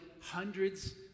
hundreds